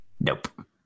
Nope